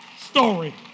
story